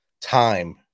time